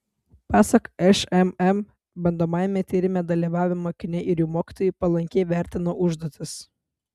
pasak šmm bandomajame tyrime dalyvavę mokiniai ir jų mokytojai palankiai vertino užduotis